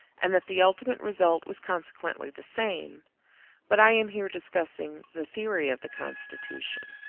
and that the ultimate result was consequently the same but i am here discussing the theory of the constitution.